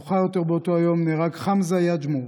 מאוחר יותר באותו היום נהרג חמזה יג'מור,